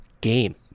game